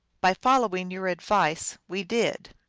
by following your advice, we did.